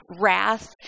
wrath